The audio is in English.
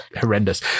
horrendous